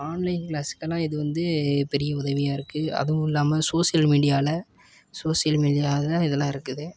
online க்ளாஸுக்கெல்லாம் இது வந்து பெரிய உதவியாயிருக்கு அதுவும் இல்லாமல் சோசியல் மீடியாவில் சோசியல் மீடியாவில் இதெல்லாம் இருக்குது